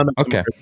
okay